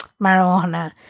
marijuana